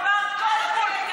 עברת כל גבול.